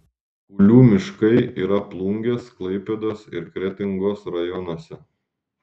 kulių miškai yra plungės klaipėdos ir kretingos rajonuose